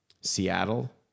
Seattle